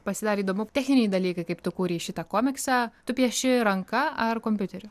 pasidarė įdomu techniniai dalykai kaip tu kūrei šitą komiksą tu pieši ranka ar kompiuteriu